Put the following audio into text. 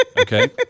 Okay